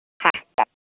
હા સારું